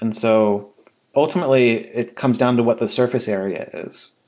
and so ultimately, it comes down to what the surface area is.